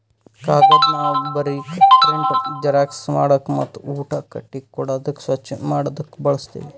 ಕಾಗದ್ ನಾವ್ ಬರೀಕ್, ಪ್ರಿಂಟ್, ಜೆರಾಕ್ಸ್ ಮಾಡಕ್ ಮತ್ತ್ ಊಟ ಕಟ್ಟಿ ಕೊಡಾದಕ್ ಸ್ವಚ್ಚ್ ಮಾಡದಕ್ ಬಳಸ್ತೀವಿ